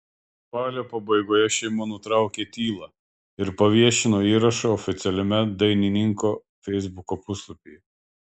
spalio pabaigoje šeima nutraukė tylą ir paviešino įrašą oficialiame dainininko feisbuko puslapyje